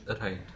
Right